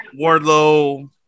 wardlow